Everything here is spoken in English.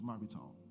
marital